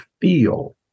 feel